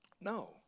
No